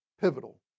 pivotal